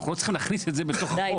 אנחנו לא צריכים להכניס את זה בתוך החוק.